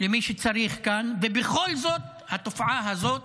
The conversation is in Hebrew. למי שצריך כאן, ובכל זאת התופעה הזאת